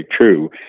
true